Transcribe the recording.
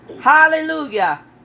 Hallelujah